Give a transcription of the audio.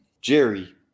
Jerry